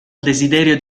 desiderio